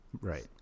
Right